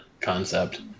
concept